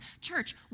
Church